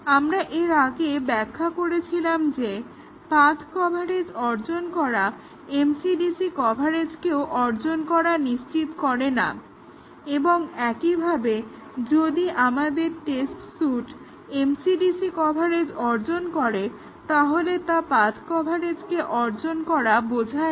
আমরা এর আগে ব্যাখ্যা করেছিলাম যে পাথ্ কভারেজ অর্জন করা MCDC কভারেজকেও অর্জন করা নিশ্চিত করে না এবং একইভাবে যদি আমাদের টেস্ট সুট MCDC কভারেজ অর্জন করে তাহলে তা পাথ্ কভারেজকে অর্জন করা বোঝায় না